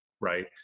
right